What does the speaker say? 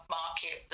market